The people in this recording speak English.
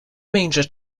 major